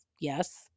yes